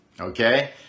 Okay